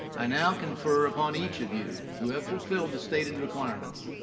i now confer upon each of you, who have fulfilled the stated requirements,